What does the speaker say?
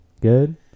Good